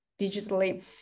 digitally